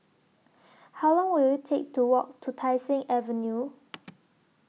How Long Will IT Take to Walk to Tai Seng Avenue